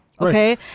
Okay